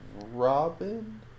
Robin